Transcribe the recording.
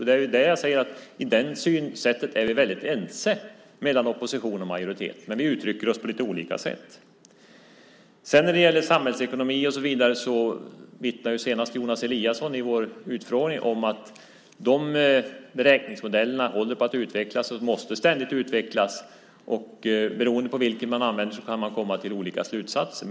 Det är också som jag säger: I det synsättet är vi väldigt ense mellan opposition och majoritet, men vi uttrycker oss på lite olika sätt. När det gäller samhällsekonomi vittnade senast Jonas Eliasson i vår utfrågning om att de beräkningsmodellerna håller på att utvecklas och ständigt måste utvecklas, och beroende på vilken man använder kan man komma till olika slutsatser.